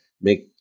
make